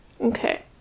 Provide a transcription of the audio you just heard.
Okay